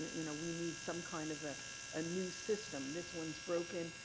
you know we need some kind of a ah new system. this one is broken.